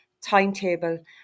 timetable